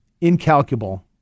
incalculable